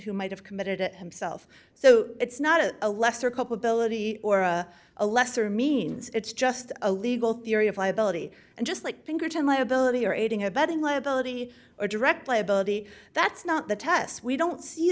who might have committed at himself so it's not a a lesser cup ability or a lesser means it's just a legal theory of liability and just like pinkerton liability or aiding abetting liability or direct liability that's not the test we don't see